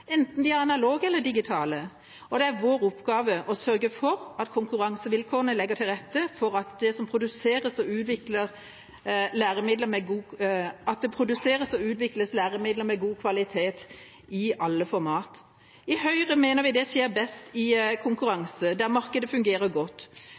enten de er analoge eller digitale. Og det er vår oppgave å sørge for at konkurransevilkårene legger til rette for at det produseres og utvikles læremidler med god kvalitet i alle format. I Høyre mener vi det skjer best i